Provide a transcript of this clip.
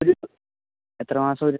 ഒരു എത്ര മാസം ഒരു